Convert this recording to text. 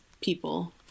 people